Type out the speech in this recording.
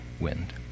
wind